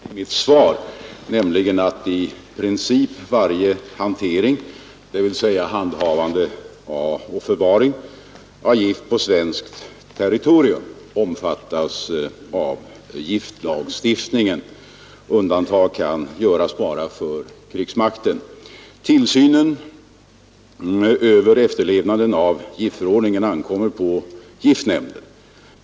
Herr talman! Jag vill upprepa vad jag sade i mitt svar, nämligen att i princip varje hantering, dvs. handhavande och förvaring, av gift på svenskt territorium omfattas av giftlagstiftningen. Undantag kan göras bara för krigsmakten. Tillsynen över efterlevnaden av giftförordningen ankommer på giftnämnden.